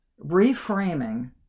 reframing